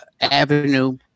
avenue